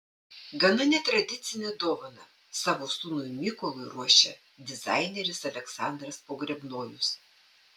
gana netradicinę dovaną savo sūnui mykolui ruošia dizaineris aleksandras pogrebnojus